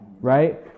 right